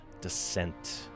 Descent